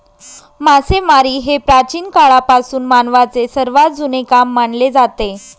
मासेमारी हे प्राचीन काळापासून मानवाचे सर्वात जुने काम मानले जाते